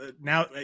Now